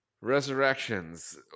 Resurrections